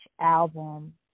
album